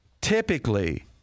typically